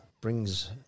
brings